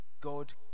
God